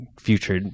future